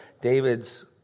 David's